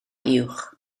uwch